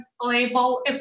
label